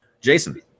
Jason